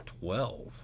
Twelve